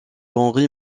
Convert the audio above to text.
henry